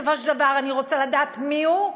בסופו של דבר אני רוצה לדעת מיהו,